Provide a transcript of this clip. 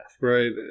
Right